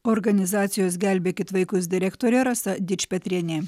organizacijos gelbėkit vaikus direktorė rasa dičpetrienė